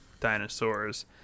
dinosaurs